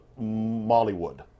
Mollywood